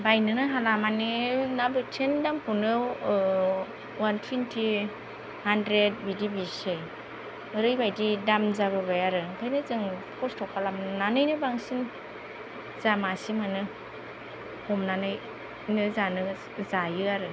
बायनोनो हाला माने ना बोथियानि दामखौनो वान टुइन्टि हान्द्रेद बिदि बिसै ओरैबायदि दाम जाबोबाय आरो ओंखायनो जों खस्त' खालामनानैनो बांसिन जा मासे मोनो हमनानैनो जानो जायो आरो